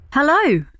Hello